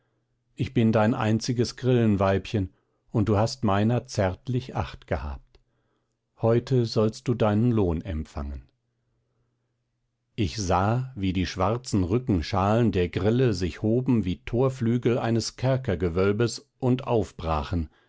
ich bin dein einziges grillenweibchen und du hast meiner zärtlich acht gehabt heute sollst du deinen lohn empfangen ich sah wie die schwarzen rückenschalen der grille sich hoben wie torflügel eines kerkergewölbes und aufbrachen